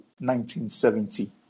1970